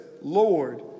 Lord